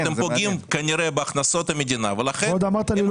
אתם פוגעים כנראה בהכנסות המדינה ולכן הם